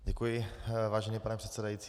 Děkuji, vážený pane předsedající.